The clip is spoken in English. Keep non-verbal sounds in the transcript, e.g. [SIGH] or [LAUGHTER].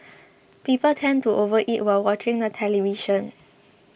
[NOISE] people tend to overeat while watching the television [NOISE]